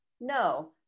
No